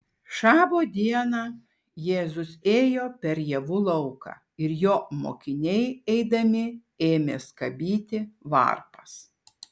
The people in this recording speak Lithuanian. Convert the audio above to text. šabo dieną jėzus ėjo per javų lauką ir jo mokiniai eidami ėmė skabyti varpas